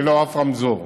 ללא אף רמזור.